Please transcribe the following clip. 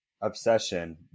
obsession